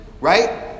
Right